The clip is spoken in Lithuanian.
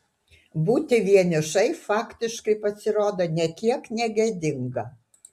būti vienišai faktiškai pasirodo nė kiek negėdinga